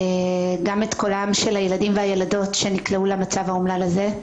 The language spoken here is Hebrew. גם את קולם של הילדים והילדות שנקלעו למצב האומלל הזה,